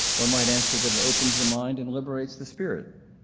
one might answer that and opens the mind and liberate the spirit.